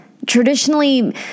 Traditionally